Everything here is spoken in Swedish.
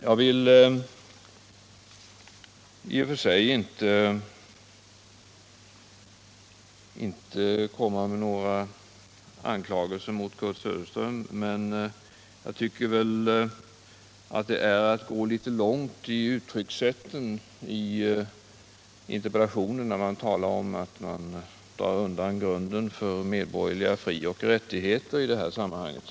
Jag vill i och för sig inte komma med några anklagelser mot Kurt Söderström, men jag tycker att det är att gå litet långt i uttryckssätten när det i interpellationen talas om att man drar undan grunden för medborgerliga frioch rättigheter i det här sammanhanget.